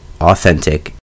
authentic